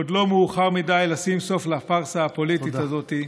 עוד לא מאוחר מדי לשים סוף לפרסה הפוליטית הזאת.